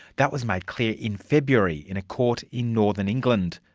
that was made clear in february in a court in northern england.